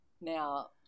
Now